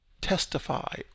testify